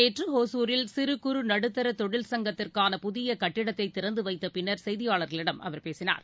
நேற்றுஒகுரில் சிறு குறு நடுத்தாதொழில் சங்கத்திற்கான புதியகட்டித்தை இன்றுதிறந்துவைத்தபின்னா் செய்தியாளர்களிடம் அவர் பேசினார்